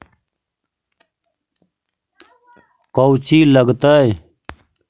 कौची लगतय?